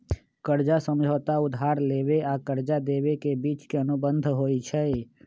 कर्जा समझौता उधार लेबेय आऽ कर्जा देबे के बीच के अनुबंध होइ छइ